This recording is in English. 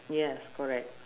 yes correct